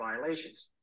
violations